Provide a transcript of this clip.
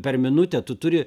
per minutę tu turi